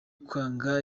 kwanga